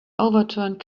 overturned